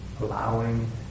allowing